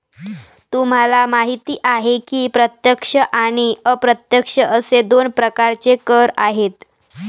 तुम्हाला माहिती आहे की प्रत्यक्ष आणि अप्रत्यक्ष असे दोन प्रकारचे कर आहेत